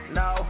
no